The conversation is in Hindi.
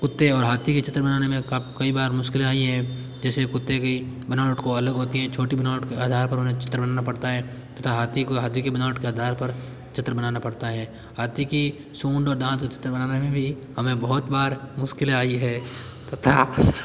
कुत्ते और हाथी के चित्र बनाने में कब कई बार मुश्किलें आईं हैं जैसे कुत्ते की बनावट को अलग होती है छोटी बनावट के आधार पर उन्हें चित्र बनाना पड़ता है तथा हाथी को हाथी के बनावट के आधार पर चित्र बनाना पड़ता है हाथी की सूंड और दांत चित्र बनाने में भी हमें बहुत बार मुश्किलें आईं हैं तथा